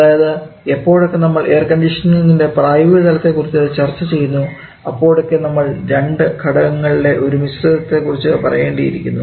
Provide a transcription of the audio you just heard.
അതായത് എപ്പോഴൊക്കെ നമ്മൾ എയർകണ്ടീഷൻറെ പ്രായോഗികതലത്തെ കുറിച്ച് ചർച്ച ചെയ്യുന്നു അപ്പോഴൊക്കെ നമ്മൾ രണ്ടു ഘടകങ്ങളുടെ ഒരു മിശ്രിതത്തെ കുറിച്ച് പറയേണ്ടിയിരിക്കുന്നു